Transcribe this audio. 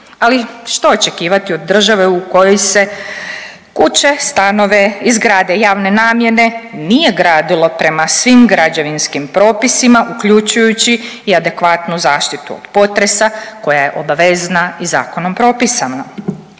Ali što očekivati od države u kojoj se kuće, stanove i zgrade javne namjene nije gradilo prema svim građevinskim propisima, uključujući i adekvatnu zaštitu od potresa koja je obavezna i zakonom propisana,